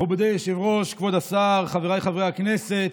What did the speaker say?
מכובדי היושב-ראש, כבוד השר, חבריי חברי הכנסת,